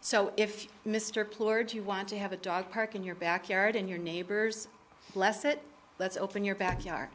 so if mr plourde you want to have a dog park in your backyard and your neighbors bless it let's open your backyard